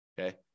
Okay